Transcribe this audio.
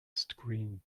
screen